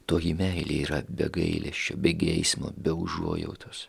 toji meilė yra be gailesčio be geismo be užuojautos